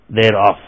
thereof